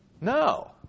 No